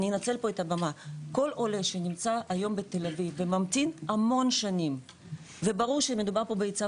כל עולה שנמצא ממתין המון שנים וברור שמדובר פה בהיצע